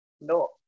No